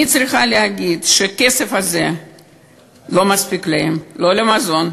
אני צריכה להגיד שהכסף הזה לא מספיק להם לא למזון,